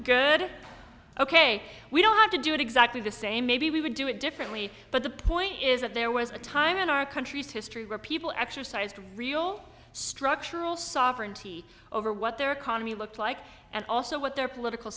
good ok we don't have to do it exactly the same maybe we would do it differently but the point is that there was a time in our country's history where people exercised real structural sovereignty over what their economy looks like and also what their political